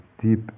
deep